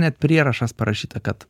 net prierašas parašyta kad